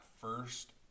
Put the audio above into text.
first